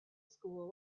school